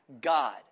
God